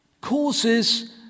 causes